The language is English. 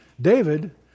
David